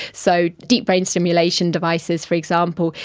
so deep brain stimulation devices, for example,